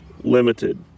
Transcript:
limited